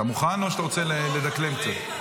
אתה מוכן או שאתה רוצה לדקלם קצת?